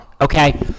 okay